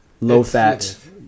low-fat